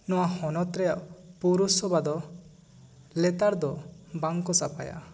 ᱱᱚᱣᱟ ᱦᱚᱱᱚᱛ ᱨᱮᱭᱟᱜ ᱯᱳᱣᱨᱚᱥᱚᱵᱷᱟ ᱫᱚ ᱞᱮᱛᱟᱲ ᱫᱚ ᱵᱟᱝ ᱠᱚ ᱥᱟᱯᱷᱟᱭᱟ